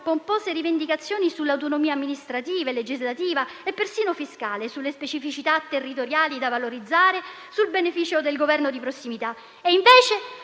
pompose rivendicazioni sull'autonomia amministrativa, legislativa e persino fiscale, sulle specificità territoriali da valorizzare, sul beneficio del governo di prossimità. Al